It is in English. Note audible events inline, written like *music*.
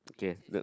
okay uh *noise*